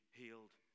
healed